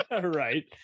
Right